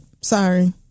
Sorry